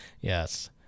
Yes